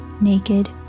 naked